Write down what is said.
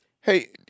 hey